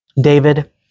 David